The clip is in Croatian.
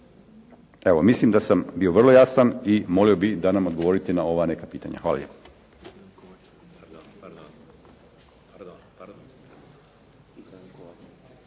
Evo, mislim da sam bio vrlo jasan i molio bih da nam odgovorite na ova neka pitanja. Hvala